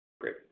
Great